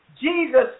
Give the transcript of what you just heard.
Jesus